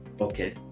Okay